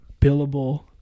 billable